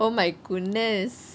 oh my goodness